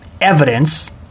evidence